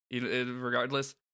regardless